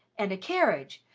and a carriage,